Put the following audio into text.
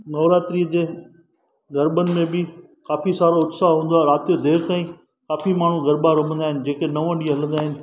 नवरात्रि जे गरबनि में बि काफ़ी सारो उत्साह हूंदो आहे राति यो देरि ताईं काफ़ी माण्हू गरबा रमंदा आहिनि जेके नव ॾींहं हलंदा आहिनि